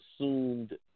assumed